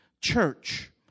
church